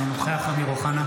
אינו נוכח אמיר אוחנה,